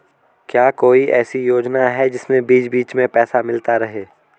क्या कोई ऐसी योजना है जिसमें बीच बीच में पैसा मिलता रहे?